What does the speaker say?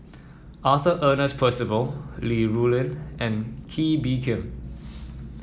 Arthur Ernest Percival Li Rulin and Kee Bee Khim